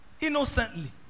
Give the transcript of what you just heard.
Innocently